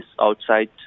outside